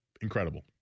incredible